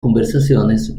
conversaciones